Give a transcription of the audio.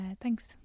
thanks